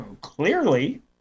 clearly